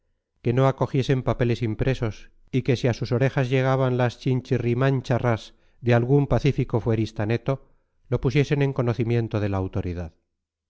que no acogiesen papeles impresos y que si a sus orejas llegaban las chinchirrimáncharras de algún pacífico fuerista neto lo pusiesen en conocimiento de la autoridad